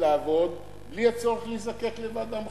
לעבוד בלי הצורך להיזקק לוועדה מחוזית.